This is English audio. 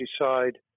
decide